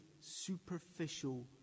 superficial